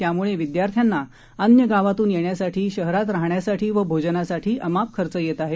त्यामुळे विद्यार्थ्यांना अन्य गावातून येण्यासाठी शहरात राहण्यासाठी व भोजनासाठी अमाप खर्च येत आहे